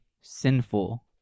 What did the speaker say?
sinful